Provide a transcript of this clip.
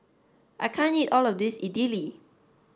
I can't eat all of this Idili